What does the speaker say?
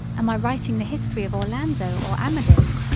am i writing the history of orlando or amadis?